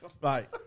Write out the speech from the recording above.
right